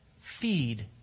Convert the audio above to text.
Feed